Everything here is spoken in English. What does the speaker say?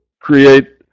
create